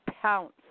pounce